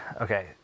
Okay